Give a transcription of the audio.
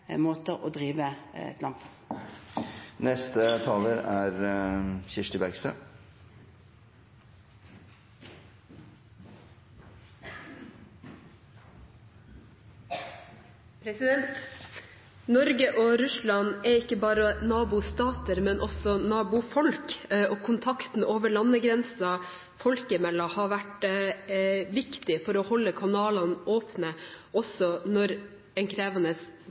å drive et land på. Kirsti Bergstø – til oppfølgingsspørsmål. Norge og Russland er ikke bare nabostater, men også nabofolk, og kontakten over landegrensen folk imellom har vært viktig for å holde kanalene åpne, også når en krevende